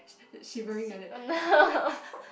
shi~ shivering like that